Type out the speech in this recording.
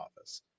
office